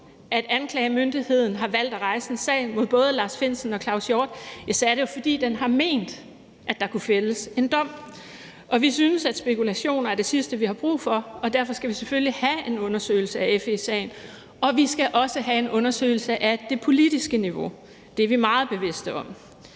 når anklagemyndigheden har valgt at rejse en sag mod både Lars Findsen og Claus Hjort Frederiksen, er det, fordi den har ment, at der kunne fældes en dom. Vi synes, at spekulationer er det sidste, vi har brug for, og derfor skal vi selvfølgelig have en undersøgelse af FE-sagen. Og vi skal også have en undersøgelse af det politiske niveau. Det er vi meget bevidste om.